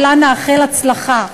ולה נאחל הצלחה.